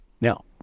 Now